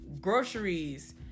groceries